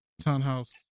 townhouse